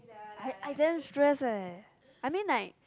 I I damn stress leh I mean like